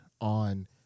on